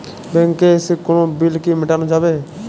ব্যাংকে এসে কোনো বিল কি মেটানো যাবে?